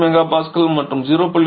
8 MPa மற்றும் 0